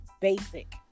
basic